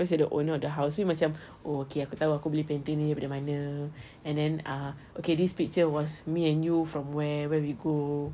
because you are the owner of the house so you macam okay aku tahu aku beli painting ni dari mana and then uh okay this picture was me and you from where we go